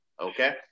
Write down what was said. Okay